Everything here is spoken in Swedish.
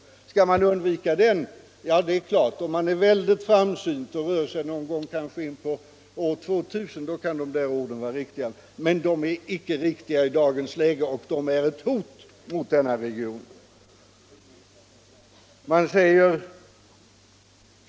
Hur skall man undvika den expansionen? Ja, om man är mycket framsynt och rör sig med beräkningar omkring år 2000, så kan de orden möjligen vara riktiga. Men de är icke riktiga i dagens läge — och de är ett hot mot denna region!